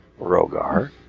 Rogar